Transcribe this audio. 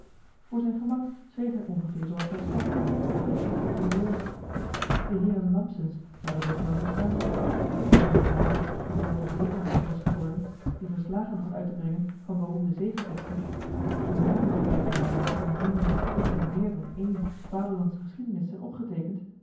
voor zijn gemak schreef hij ongeveer zooals hij sprak dat is op z'n zeeuwsch de heeren lampsens zouden dat wel verstaan en toen hij later de groote zee overste was geworden die verslagen had uit te brengen van beroemde zeegevechten of journalen had bij te houden van ondernemingen die in meer dan één vaderlandsche geschiedenis zijn opgeteekend